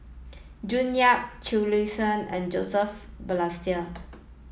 June Yap Chee Lee and Joseph Balestier